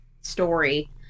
story